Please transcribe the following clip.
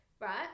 right